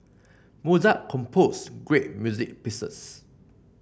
Mozart composed great music pieces